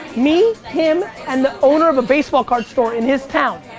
me, him and the owner of a baseball card store in his town.